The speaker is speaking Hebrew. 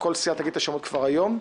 תגיד את השמות כבר היום.